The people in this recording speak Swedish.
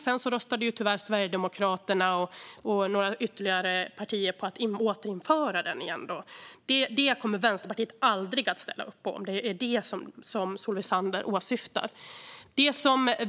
Sedan röstade ju tyvärr Sverigedemokraterna och några ytterligare partier för att återinföra den igen. Det kommer Vänsterpartiet aldrig att ställa upp på, om det är det som Solveig Zander åsyftar.